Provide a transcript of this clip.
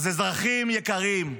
אז אזרחים יקרים,